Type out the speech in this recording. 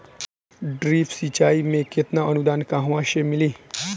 Drip सिंचाई मे केतना अनुदान कहवा से मिली?